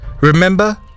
Remember